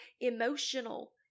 emotional